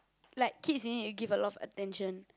like kids you need to give a lot of attention